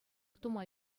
тума